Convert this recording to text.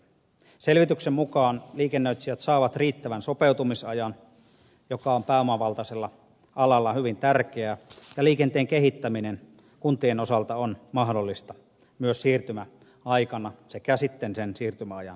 selvityksen mukaan liikennöitsijät saavat riittävän sopeutumisajan joka on pääomavaltaisella alalla hyvin tärkeää ja liikenteen kehittäminen kuntien osalta on mahdollista myös siirtymäaikana sekä sitten sen siirtymäajan jälkeen